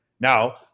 Now